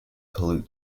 pollute